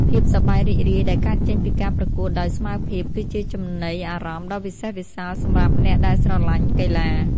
ភាពសប្បាយរីករាយដែលកើតចេញពីការប្រកួតដោយស្មើភាព គឺជាចំណីអារម្មណ៍ដ៏វិសេសវិសាលសម្រាប់អ្នកដែលស្រឡាញ់កីឡា។